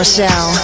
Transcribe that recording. Show